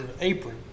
apron